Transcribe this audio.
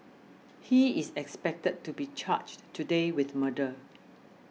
he is expected to be charged today with murder